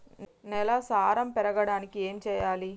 నేల సారం పెరగడానికి ఏం చేయాలి?